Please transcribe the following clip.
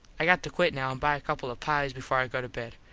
i got to quit now and buy a couple of pies before i go to bed.